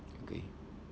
okay